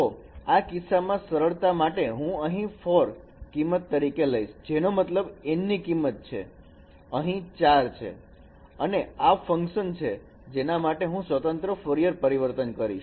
તો આ કિસ્સામાં સરળતા માટે હું અહીં 4 કિંમત લઈશ જેનો મતલબ N ની કિંમત અહીં 4 છે અને આ એ ફંકશન છે જેના માટે હું સ્વતંત્ર ફોરિયર પરિવર્તન કરીશ